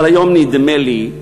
אבל היום, נדמה לי,